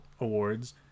Awards